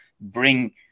bring